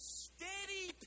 steady